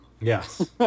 Yes